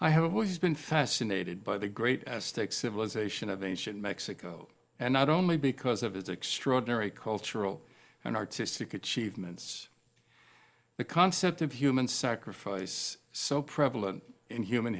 i have always been fascinated by the great as state civilization of ancient mexico and not only because of its extraordinary cultural and artistic achievements the concept of human sacrifice so prevalent in human